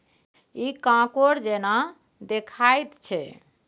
इ कॉकोड़ जेना देखाइत छै